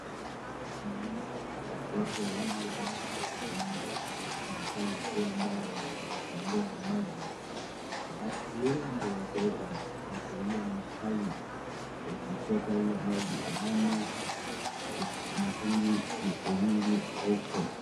Naona watu wawili ambao ni serikali kuu ambao wanafungua maji. Watu wengi wako hiyo mahali wakichota hiyo maji. Naona mitungi ziko nyingi huko.